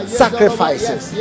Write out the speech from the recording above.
sacrifices